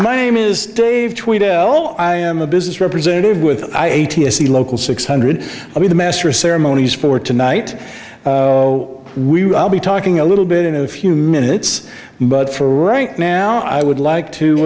my name is dave tweed l l i am a business representative with the local six hundred i mean the master of ceremonies for tonight we will be talking a little bit in a few minutes but for right now i would like to